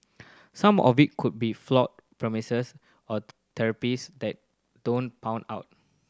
some of it could be flawed premises or theories that don't pan out